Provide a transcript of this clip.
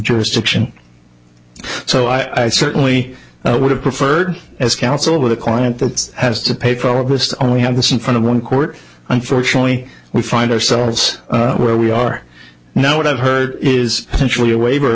jurisdiction so i certainly would have preferred as counsel with a client that has to pay probably just on we have this in front of one court unfortunately we find ourselves where we are now what i've heard is essentially a waiver